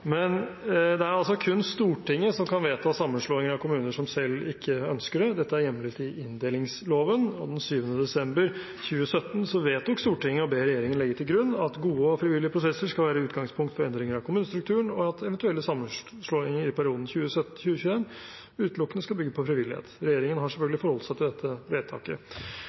men jeg gjentar det i tilfelle det er kommet noen flere til. Det er kun Stortinget som kan vedta sammenslåing av kommuner som selv ikke ønsker det. Dette er hjemlet i inndelingsloven, og den 7. desember 2017 vedtok Stortinget å be regjeringen legge til grunn at gode og frivillige prosesser skal være utgangspunkt for endringer av kommunestrukturen, og at eventuelle sammenslåinger i perioden 2017–2021 utelukkende skal bygge på frivillighet. Regjeringen har selvfølgelig forholdt seg til dette vedtaket,